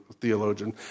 theologian